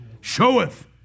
showeth